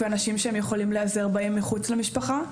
ואנשים שהם יכולים להיעזר בהם מחוץ למשפחה,